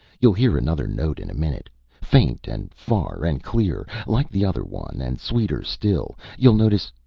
you'll hear another note in a minute faint and far and clear, like the other one, and sweeter still, you'll notice.